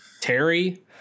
Terry